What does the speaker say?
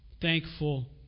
Thankful